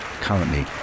currently